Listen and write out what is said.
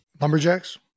Lumberjacks